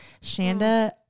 Shanda